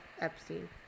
Epstein